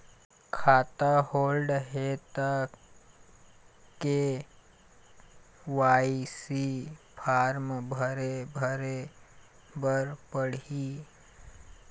खाता होल्ड हे ता के.वाई.सी फार्म भरे भरे बर पड़ही?